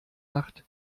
macht